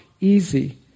easy